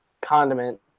Condiment